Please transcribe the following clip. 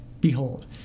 behold